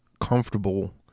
comfortable